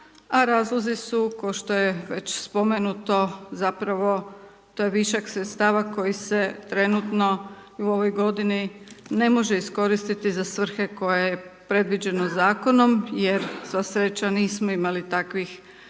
razlozi, ko što je već spomenuto, zapravo to je višak sredstava koji bi se trenutno, u ovoj g. ne može iskoristiti za svrhe koje je predviđeno zakonom, jer sva sreća nismo imali takvih potreba.